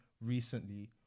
recently